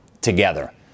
together